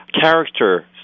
character